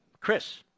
Chris